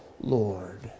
Lord